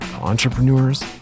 entrepreneurs